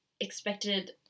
expected